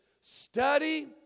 Study